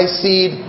seed